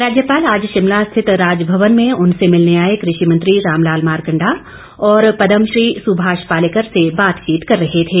राज्यपाल आज शिमला स्थित राजभवन में उनसे मिलने आए कृषि मंत्री राम लाल मारकंडा और पदम श्री सुभाष पालेकर से बातचीत कर रहे थे